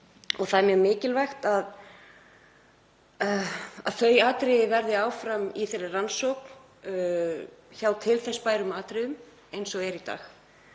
Það er mjög mikilvægt að þau atriði verði áfram í rannsókn hjá til þess bærum aðilum eins og er í dag.